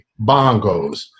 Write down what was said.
bongos